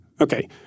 okay